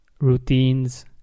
routines